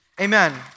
Amen